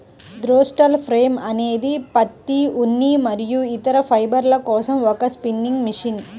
throstle frame అనేది పత్తి, ఉన్ని మరియు ఇతర ఫైబర్ల కోసం ఒక స్పిన్నింగ్ మెషిన్